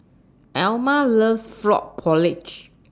Alma loves Frog Porridge